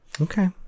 okay